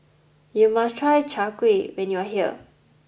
you must try Chai Kuih when you are here